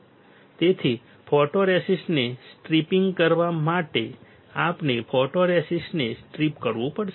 તેથી ફોટોરેસિસ્ટને સ્ટ્રિપિંગ કરવા માટે આપણે ફોટોરેસિસ્ટને સ્ટ્રીપ કરવું પડશે